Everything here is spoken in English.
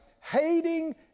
hating